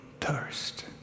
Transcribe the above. thirst